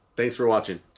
thanks for watching